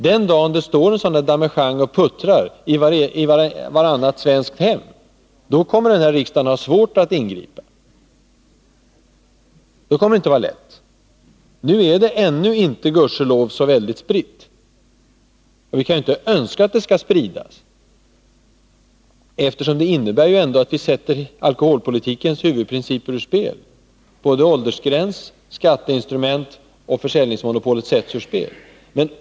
Den dag det står en damejeanne och puttrar i vartannat svenskt hem, då kommer den här riksdagen att ha svårt att ingripa — då kommer det inte att vara lätt. Nu är gudskelov snabbvinstillverkningen ännu inte så spridd. Och vi kan inte önska att den skall spridas, eftersom det innebär att vi sätter alkoholpolitikens huvudprinciper ur spel. Både åldersgränsen, skatteinstrumentet och försäljningsmonopolet sätts ur spel.